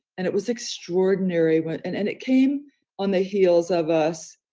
and it was extraordinary went and and it came on the heels of us